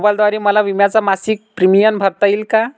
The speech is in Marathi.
मोबाईलद्वारे मला विम्याचा मासिक प्रीमियम भरता येईल का?